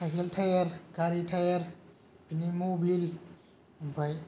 cycle tyre गारि tyre बिनि Mobil ओमफाय